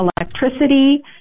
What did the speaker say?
electricity